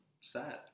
sad